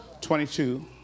22